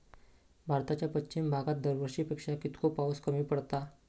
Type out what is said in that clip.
भारताच्या पश्चिम भागात दरवर्षी पेक्षा कीतको पाऊस कमी पडता?